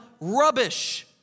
rubbish